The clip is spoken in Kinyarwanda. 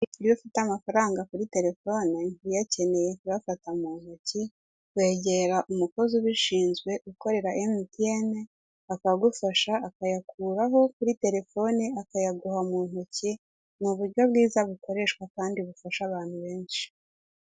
Iyo ufite amafaranga kuri terefone uyakeneye kuyafata mu ntoki, wegera umukozi ubishinzwe ukorera MTN akagufasha akayakuraho kuri terefone akayaguha mu ntoki, ni uburyo bwiza bukoreshwa kandi bufasha abantu benshi.